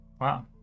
Wow